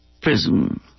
prison